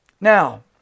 Now